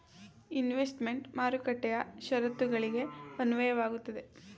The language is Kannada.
ಇನ್ವೆಸ್ತ್ಮೆಂಟ್ ಮಾರುಕಟ್ಟೆಯ ಶರತ್ತುಗಳಿಗೆ ಅನ್ವಯವಾಗುತ್ತದೆ